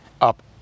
up